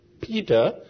Peter